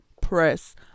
press